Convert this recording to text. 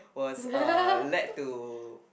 was uh lead to